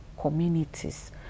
communities